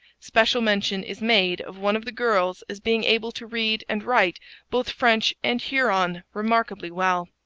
special mention. is made of one of the girls as being able to read and write both french and huron remarkably well.